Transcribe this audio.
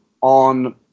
on